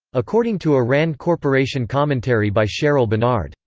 according to a rand corporation commentary by cheryl benard.